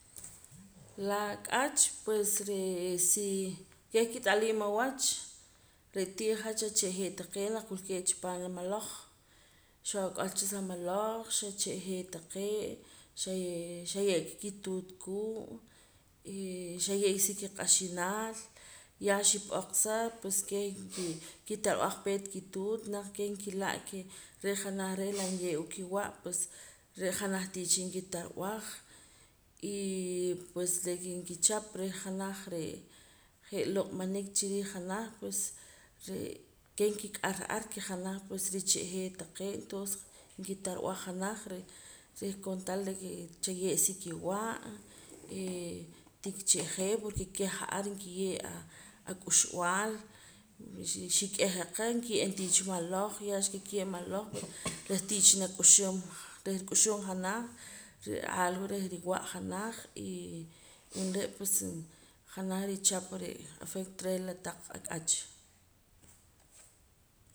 La ak'ach pues re'ee sii keh kit'aliim awach re' tii hat xacha'jee taqee' naq wilkee chipaam la maloj xoo ak'ol cha sa maloj xa cha'jee taqee' xaa xaye'ka kituut kuu' y xaye' sakiq'axinaal ya xi'p'oqsa pues keh nki kit'arab'aj peet kituut keh naq keh nkila' ke re' janaj re' lanye'wa kiwa' pues re' janaj tii cha nkitarab'aj y pues re'ka nkichap reh janaj re' je' loq'manik chiriij janaj pues re' keh nkik'ar ar ke re' janaj pues richa'jee taqee' tonses nkitarab'aj janaj reh contal de ke chaye' sikiwa' eh tikicha'jee' porque keh ja'ar nkiye' a ak'uxb'al xi'k'eja qa nkiye'em tii cha maloj ya nkikiye' maloj reh tii cha nak'uxum reh rik'uxum janaj reh aalwa reh riwa'a janaj y umre' pues janaj richapa afecto reh la taq ak'ach